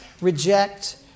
reject